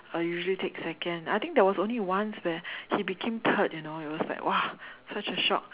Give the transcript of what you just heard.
uh usually take second I think there was only once where he became third you know it was like !wow! such a shock